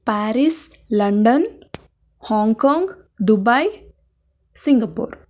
Paris London Hong Kong Dubai Singapore